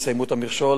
יסיימו את המכשול,